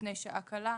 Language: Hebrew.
לפני שעה קלה,